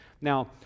Now